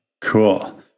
Cool